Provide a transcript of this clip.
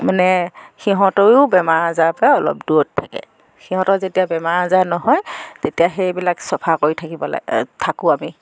মানে সিহঁতিয়ো বেমাৰ আজাৰৰপৰা অলপ দূৰত থাকে সিহঁতৰ যেতিয়া বেমাৰ আজাৰ নহয় তেতিয়াহে সেইবিলাক চফা কৰি থাকিব লাগে থাকোঁ আমি